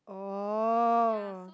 oh